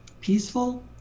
peaceful